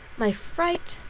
my fright,